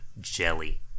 jelly